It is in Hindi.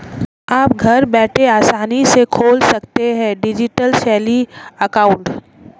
आप घर बैठे आसानी से खोल सकते हैं डिजिटल सैलरी अकाउंट